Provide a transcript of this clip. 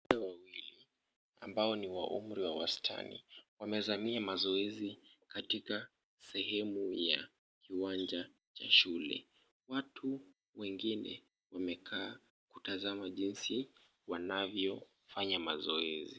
Wanawake wawili ambao ni wa umri wa wastani, wamezamia mazoezi katika sehemu ya kiwanja cha shule. Watu wengine wamekaa kutazama jinsi wanavyofanya mazoezi.